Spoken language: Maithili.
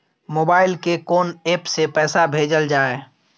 मोबाइल के कोन एप से पैसा भेजल जाए?